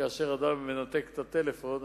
כאשר אדם מנתק את הטלפון,